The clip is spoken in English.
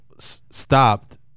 Stopped